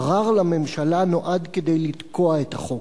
ערר לממשלה נועד לתקוע את החוק,